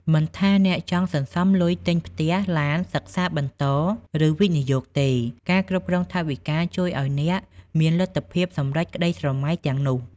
មិនថាអ្នកចង់សន្សំលុយទិញផ្ទះ ឡាន សិក្សាបន្ត ឬវិនិយោគទេ ការគ្រប់គ្រងថវិកាជួយឱ្យអ្នកមានលទ្ធភាពសម្រេចក្តីស្រមៃទាំងនោះ។